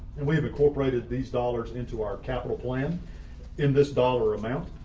and we have incorporated these dollars into our capital plan in this dollar amount.